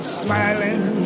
smiling